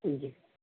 جی